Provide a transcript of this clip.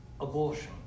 abortion